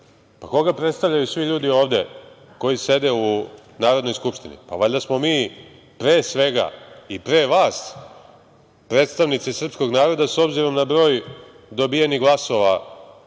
Pa, koga predstavljaju svi ljudi ovde koji sede u Narodnoj skupštini? Pa, valjda smo mi pre svega i pre vas predstavnici srpskog naroda s obzirom na broj dobijenih glasova